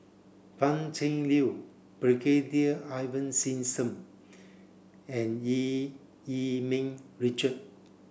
Pan Cheng Lui Brigadier Ivan Simson and Eu Yee Ming Richard